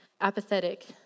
apathetic